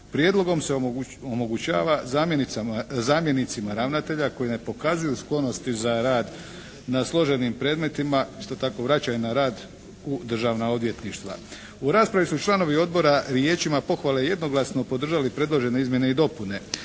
Prijedlogom se omogućava zamjenicima ravnatelja koji ne pokazuju sklonosti za rad na složenim predmetima isto tako vraćanje na rad u Državna odvjetništva. U raspravi su članovi Odbora riječima pohvale jednoglasno podržali predložene izmjene i dopune.